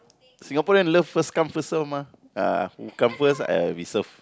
Singaporean love first come first serve mah you come first we serve